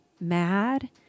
mad